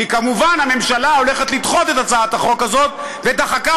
כי כמובן הממשלה הולכת לדחות את הצעת החוק הזו ודחקה